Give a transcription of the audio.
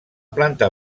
planta